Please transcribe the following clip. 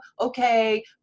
okay